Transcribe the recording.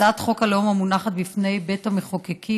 הצעת חוק הלאום המונחת בפני בית המחוקקים